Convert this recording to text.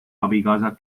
abikaasa